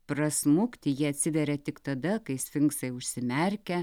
prasmukti jie atsiveria tik tada kai sfinksai užsimerkia